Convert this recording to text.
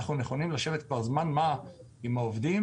אנחנו נכונים לשבת כבר זמן מה עם העובדים